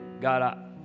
God